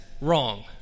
wrong